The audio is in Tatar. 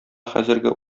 хәзерге